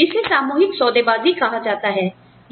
और इसे सामूहिक सौदेबाजी कहा जाता है